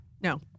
No